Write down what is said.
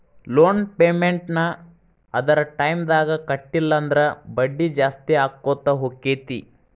loan payment ನ್ನ ಅದರ್ ಟೈಮ್ದಾಗ್ ಕಟ್ಲಿಲ್ಲಂದ್ರ ಬಡ್ಡಿ ಜಾಸ್ತಿಅಕ್ಕೊತ್ ಹೊಕ್ಕೇತಿ